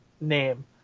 name